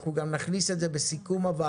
אנחנו גם נכניס את זה בסיכום הישיבה.